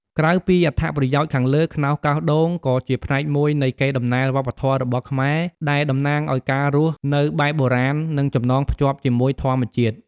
ក្រៅពីអត្ថប្រយោជន៍ខាងលើ ខ្នោសកោសដូងក៏ជាផ្នែកមួយនៃកេរដំណែលវប្បធម៌របស់ខ្មែរ ដែលតំណាងឲ្យការរស់នៅបែបបុរាណ និងចំណងភ្ជាប់ជាមួយធម្មជាតិ។